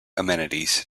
amenities